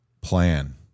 plan